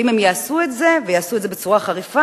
ואם הם יעשו את זה ויעשו את זה בצורה חריפה,